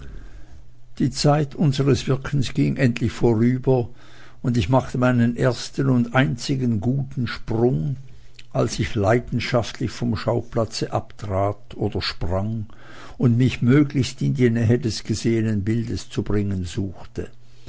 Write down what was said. die zeit unseres wirkens ging endlich vorüber und ich machte meinen ersten und einzigen guten sprung als ich leidenschaftlich vom schauplatze abtrat oder sprang und mich möglichst in die nähe des gesehenen bildes zu bringen suchte